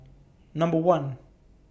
Number one